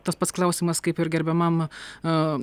tas pats klausimas kaip ir gerbiamam aa